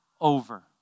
over